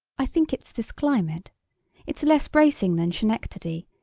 i think it's this climate it's less bracing than schenectady,